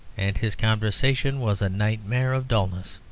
and his conversation was a nightmare of dulness.